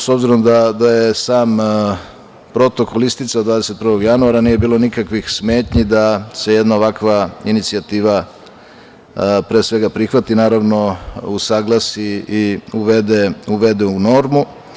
S obzirom da je sam Protokol isticao 21. januara, nije bilo nikakvih smetnji da se jedna ovakva inicijativa prihvati, naravno usaglasi i uvede u normu.